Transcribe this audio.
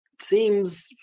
seems